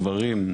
גברים,